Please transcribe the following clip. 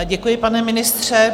Děkuji, pane ministře.